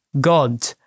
God